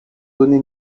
donné